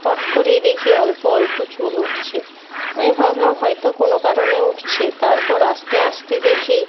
hot করেই দেখি অল্প অল্প চুল উঠছে আমি ভাবলাম হয়তো কোনো কারণে উঠছে তারপর আস্তে আস্তে দেখি